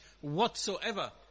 whatsoever